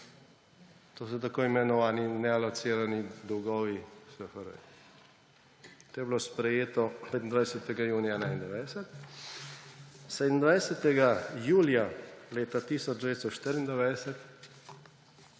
To so tako imenovani nealocirani dolgovi SFRJ. To je bilo sprejeto 25. junija 1991. 27. julija 1994